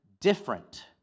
different